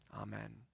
Amen